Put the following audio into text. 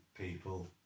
people